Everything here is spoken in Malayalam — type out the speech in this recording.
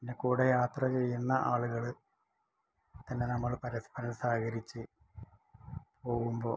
കൂടെ യാത്ര ചെയ്യുന്ന ആളുകൾ പിന്നെ നമ്മൾ പരസ്പരം സഹകരിച്ച് പോവുമ്പോൾ